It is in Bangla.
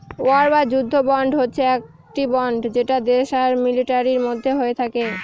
ওয়ার বা যুদ্ধ বন্ড হচ্ছে একটি বন্ড যেটা দেশ আর মিলিটারির মধ্যে হয়ে থাকে